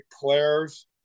players